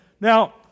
now